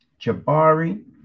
Jabari